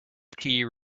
tea